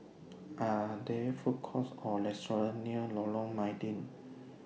Are There Food Courts Or restaurants near Lorong Mydin